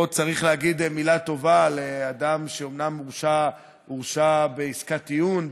פה צריך להגיד מילה טובה לאדם שאומנם הורשע בעסקת טיעון,